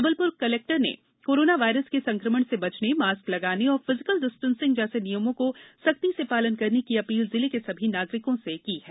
Jabalpur collector ने corona virus के संक्रमण से बचने मास्क लगाने एवं फिजिकल डिस्टेंसिंग जैसे नियमों सख्ती से पालन करने की अपील जिले के सभी नागरिकों से की है